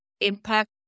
impact